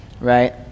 right